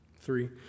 Three